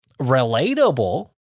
relatable